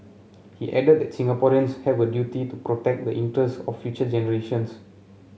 he added that Singaporeans have a duty to protect the interest of future generations